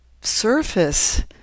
surface